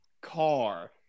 car